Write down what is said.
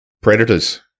predators